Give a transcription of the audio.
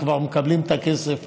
הם כבר מקבלים את הכסף.